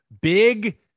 big